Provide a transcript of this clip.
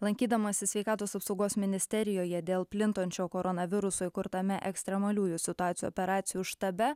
lankydamasis sveikatos apsaugos ministerijoje dėl plintančio koronaviruso įkurtame ekstremaliųjų situacijų operacijų štabe